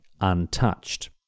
untouched